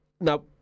Now